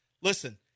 Listen